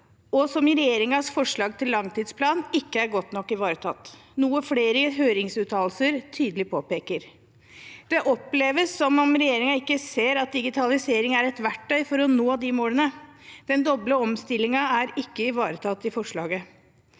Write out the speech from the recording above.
som i regjeringens forslag til langtidsplan ikke er godt nok ivaretatt – noe flere høringsuttalelser tydelig påpeker. Det oppleves som om regjeringen ikke ser at digitalisering er et verktøy for å nå de målene. Den doble omstillingen er ikke ivaretatt i forslaget.